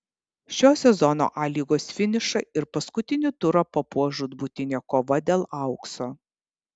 šio sezono a lygos finišą ir paskutinį turą papuoš žūtbūtinė kova dėl aukso